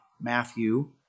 Matthew